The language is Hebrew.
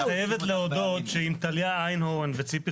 את חייבת להודות שעם טליה איינהורן וציפי